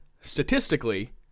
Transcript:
statistically